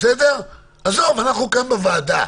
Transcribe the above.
אנחנו כאן בוועדה.